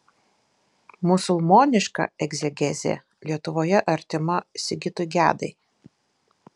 musulmoniška egzegezė lietuvoje artima sigitui gedai